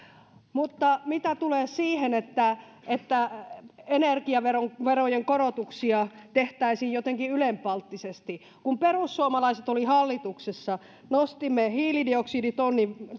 mutta mitä tulee siihen että että energiaverojen korotuksia tehtäisiin jotenkin ylenpalttisesti kun perussuomalaiset olivat hallituksessa nostimme hiilidioksiditonnin